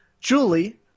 Julie